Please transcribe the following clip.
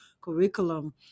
curriculum